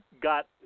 got